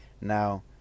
now